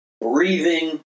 breathing